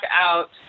out